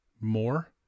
more